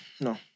No